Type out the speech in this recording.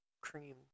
cream